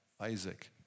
Isaac